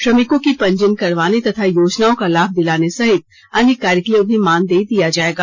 श्रमिकों की पंजीयन करवाने तथा योजनाओं का लाभ दिलाने सहित अन्य कार्य के लिए उन्हें मानदेय दिया जायेगा